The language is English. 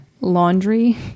Laundry